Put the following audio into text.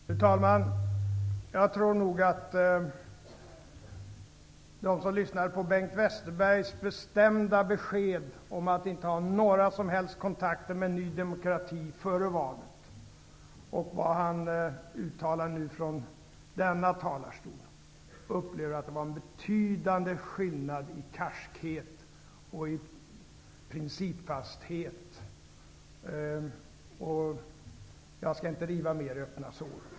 Fru talman! Jag tror nog att de som före valet lyssnade på Bengt Westerbergs bestämda besked om att inte ha några som helst kontakter med Ny demokrati och som nu hör på det som han uttalar från denna talarstol, upplever att det var en betydande skillnad i karskhet och i principfasthet. Jag skall inte riva mer i öppna sår.